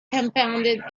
confounded